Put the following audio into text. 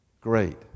Great